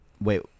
wait